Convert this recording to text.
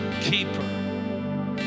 keeper